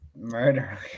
Murder